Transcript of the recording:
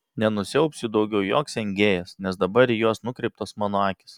nenusiaubs jų daugiau joks engėjas nes dabar į juos nukreiptos mano akys